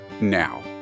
now